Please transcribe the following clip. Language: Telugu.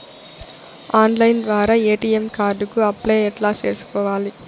ఆన్లైన్ ద్వారా ఎ.టి.ఎం కార్డు కు అప్లై ఎట్లా సేసుకోవాలి?